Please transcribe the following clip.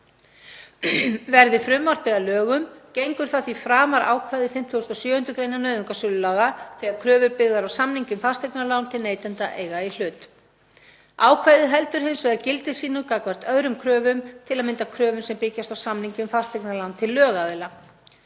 Verði frumvarpið að lögum gengur það því framar ákvæði 57. gr. nauðungarsölulaga þegar kröfur byggðar á samningi um fasteignalán til neytenda eiga í hlut. Ákvæðið heldur hins vegar gildi sínu gagnvart öðrum kröfum, til að mynda kröfum sem byggjast á samningi um fasteignalán til lögaðila.